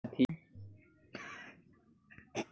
शैवाल पालन समुद्री जल आउ शुद्धजल दोनों में होब हई